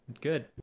Good